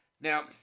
Now